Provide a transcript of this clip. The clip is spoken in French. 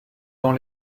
dans